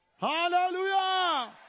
Hallelujah